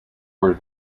were